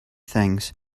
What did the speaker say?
things